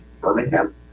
Birmingham